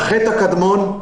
פדיון?